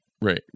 Right